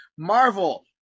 Marvel